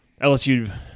LSU –